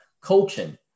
coaching